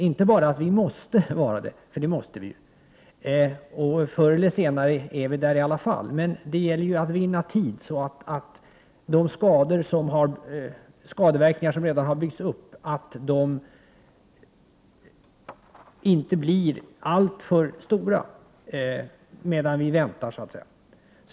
Vi skall inte vara det bara när vi tvingas till det — förr eller senare är vi i alla fall där — utan det gäller att vinna tid, så att de skadeverkningar som redan har byggts upp inte blir alltför stora.